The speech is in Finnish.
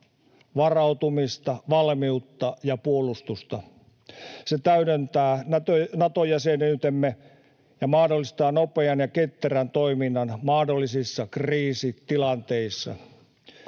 varautumista, valmiutta ja puolustusta. Se täydentää Nato-jäsenyytemme ja mahdollistaa nopean ja ketterän toiminnan mahdollisissa kriisitilanteissa.